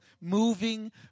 moving